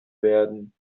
werden